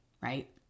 right